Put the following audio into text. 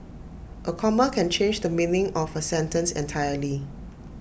A comma can change the meaning of A sentence entirely